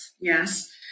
Yes